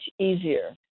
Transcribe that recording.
easier